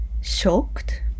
shocked